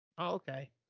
okay